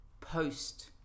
post